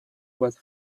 was